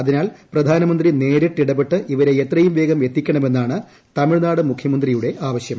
അതിനാൽ പ്രധാനമന്ത്രി നേരിട്ട് ഇടപെട്ട് ഇവരെ എത്രയും വേഗം എത്തിക്കണമെന്നാണ് തമിഴ്നാട് മുഖ്യമന്ത്രിയുടെ ആവശ്യം